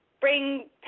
bring